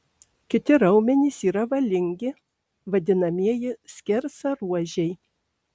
kiti raumenys yra valingi vadinamieji skersaruožiai